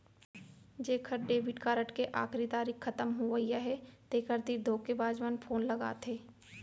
जेखर debit card के आखरी तारीख खतम होवइया हे तेखर तीर धोखेबाज मन फोन लगाथे